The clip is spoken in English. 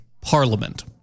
parliament